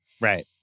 Right